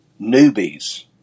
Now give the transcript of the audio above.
newbies